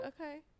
okay